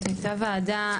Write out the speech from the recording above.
הייתה ועדה,